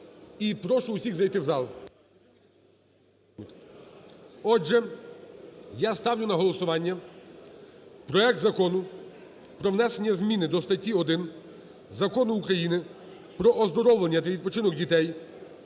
і прошу усіх зайти в зал. Отже, я ставлю на голосування проект Закону про внесення зміни до статті 1 Закону України "Про оздоровлення та відпочинок дітей"